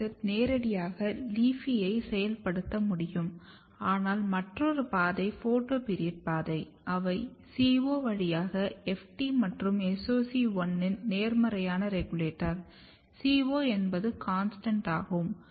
gibberellic acid நேரடியாக LEAFYயை செயல்படுத்த முடியும் ஆனால் மற்றொரு பாதை போட்டோபிரியட் பாதையை அவை CO வழியாக FT மற்றும் SOC1 இன் நேர்மறையான ரெகுலேட்டர் CO என்பது CONSTANT ஆகும்